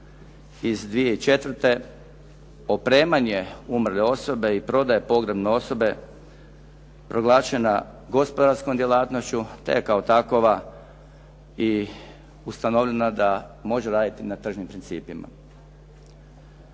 iz 2004. opremanje umrle osobe i prodaja pogrebne osobe proglašena gospodarskom djelatnošću te je kao takova i ustanovljena da može raditi na tržnim principima.